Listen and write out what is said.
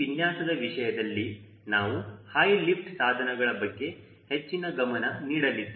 ಈ ವಿನ್ಯಾಸದ ವಿಷಯದಲ್ಲಿ ನಾವು ಹೈ ಲಿಫ್ಟ್ ಸಾಧನಗಳ ಬಗ್ಗೆ ಹೆಚ್ಚಿನ ಗಮನ ನೀಡಲಿದ್ದೇವೆ